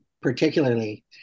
particularly